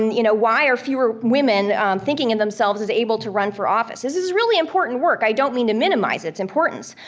you know why are fewer women thinking of themselves as able to run for office? this is really important work. i don't mean to minimize its importance.